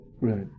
Right